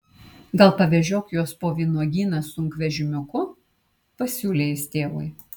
gal pavežiok juos po vynuogyną sunkvežimiuku pasiūlė jis tėvui